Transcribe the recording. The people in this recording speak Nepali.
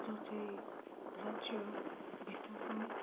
जो चाहिँ राज्यभित्र छ